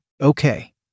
Okay